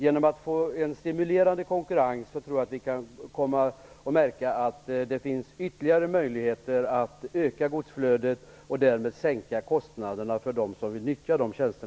Genom en stimulerande konkurrens tror jag att vi kommer att märka att det finns ytterligare möjligheter att öka godsflödet, och därmed sänka kostnaderna för dem som vill nyttja dessa tjänster.